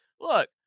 Look